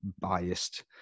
biased